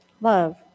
Love